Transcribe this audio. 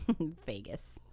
Vegas